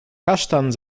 kasztan